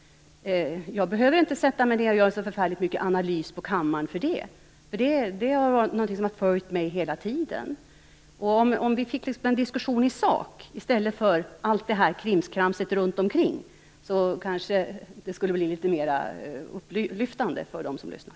Jag behöver inte sätta mig i min kammare och analysera denna sak. Denna inställning har jag haft hela tiden. Om vi förde en diskussion i sak i stället för allt krimskrams runt om, kanske det skulle bli mer upplyftande för dem som lyssnar.